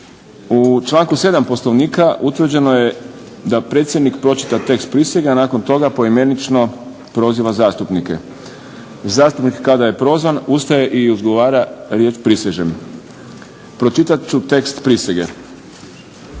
U članku 7. Poslovnika utvrđeno je da predsjednik pročita tekst prisege, a nakon toga poimenično proziva zastupnike. Zastupnik kada je prozvan ustaje i odgovara riječ prisežem. Pročitat ću tekst prisege.